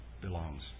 belongs